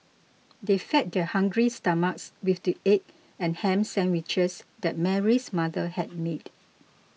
they fed their hungry stomachs with the egg and ham sandwiches that Mary's mother had made